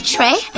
Trey